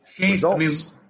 results